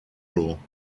rule